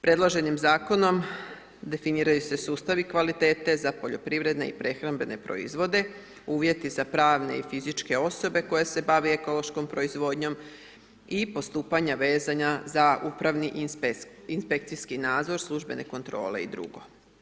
Predloženim Zakonom definiraju se sustavi kvalitete za poljoprivredne i prehrambene proizvode, uvjeti za pravne i fizičke osobe koje se bave ekološkom proizvodnjom i postupanja vezana za upravni inspekcijski nadzor službene kontrole i drugo.